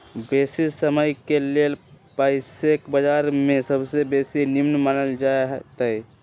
बेशी समयके लेल पइसाके बजार में सबसे बेशी निम्मन मानल जाइत हइ